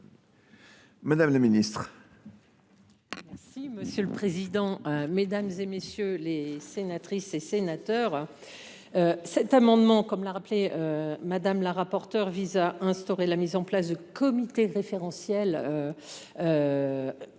Madame la ministre,